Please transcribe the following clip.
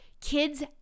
kids